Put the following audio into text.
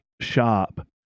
shop